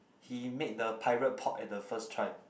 he made the pirate pop at the first try